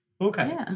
Okay